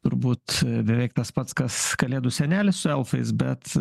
turbūt beveik tas pats kas kalėdų senelis su elfais bet